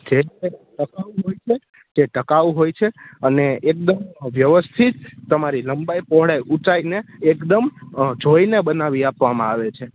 જે એકદમ ટકાઉ હોય છે જે ટકાઉ હોય છે અને એકદમ વ્યવથિત તમારી લંબાઈ પહોળાઈ ઊંચાઈને એકદમ જોઈને બનાવી આપવામાં આવે છે